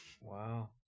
Wow